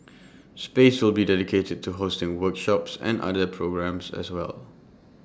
space will be dedicated to hosting workshops and other A programmes as well